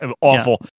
awful